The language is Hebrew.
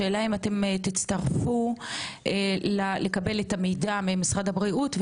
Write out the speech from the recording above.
השאלה אם תצטרפו לקבל את המידע ממשרד הבריאות,